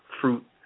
fruit